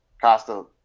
Costa